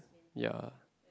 ya